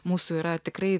mūsų yra tikrai